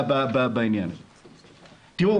צריך